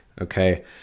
okay